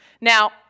Now